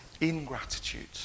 ingratitude